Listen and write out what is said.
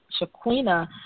Shaquina